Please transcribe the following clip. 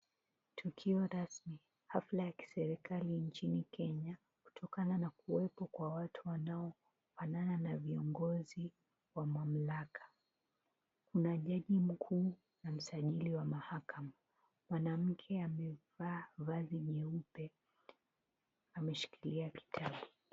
Tukio rasmi. Hafla ya kiserikali nchini Kenya kutokana na kuwepo na watu wanaofanana na viongozi wa mamlaka. Kuna jaji mkuu na msajili wa mahakama. Mwanamke amevaa vazi nyeupe ameshikilia kitabu